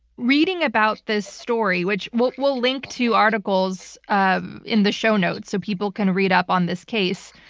reading about this story, which we'll we'll link to articles um in the show notes so people can read up on this case.